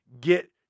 get